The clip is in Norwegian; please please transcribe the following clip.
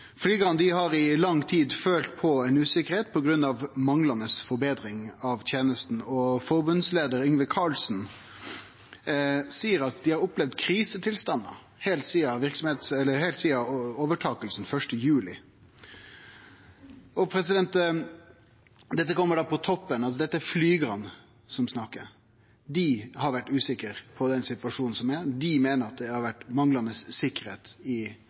også dei andre flya som Babcock opererer, bør bli sette ned. Flygarane har i lang tid følt på ein usikkerheit på grunn av manglande forbetring av tenesta, og forbundsleder Yngve Carlsen seier at dei har opplevd krisetilstandar heilt sidan overtakinga 1. juli. Dette er altså flygarane som snakkar: Dei har vore usikre på den situasjonen som er. Dei meiner at det har vore manglande sikkerheit i